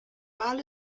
wal